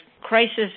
crisis